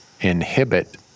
inhibit